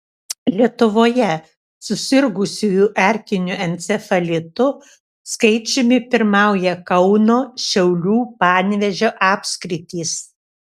lietuvoje susirgusiųjų erkiniu encefalitu skaičiumi pirmauja kauno šiaulių panevėžio apskritys